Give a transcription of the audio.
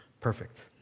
Perfect